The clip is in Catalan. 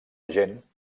agent